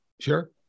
Sure